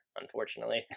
unfortunately